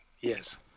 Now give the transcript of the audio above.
Yes